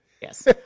yes